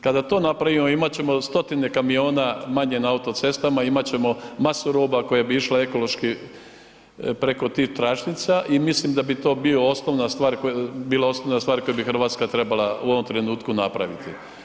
Kada to napravimo imat ćemo 100-tine kamiona manje na autocestama, imat ćemo masu roba koje bi išle ekološki preko tih tračnica i mislim da bi to bio osnovna stvar, bila osnovna stvar koju bi Hrvatska trebala u ovom trenutku napraviti.